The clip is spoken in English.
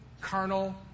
carnal